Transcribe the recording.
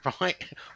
right